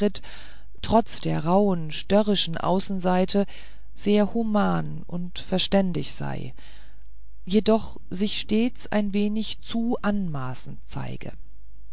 trotz der rauhen störrigen außenseite sehr human und verständig sei jedoch sich stets ein wenig zu anmaßend zeige